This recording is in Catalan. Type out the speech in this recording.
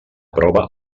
prova